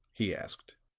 he asked.